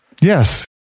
Yes